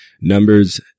Numbers